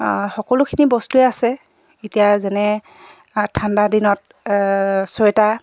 সকলোখিনি বস্তুৱে আছে এতিয়া যেনে ঠাণ্ডা দিনত চুৱেটাৰ